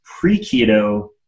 pre-keto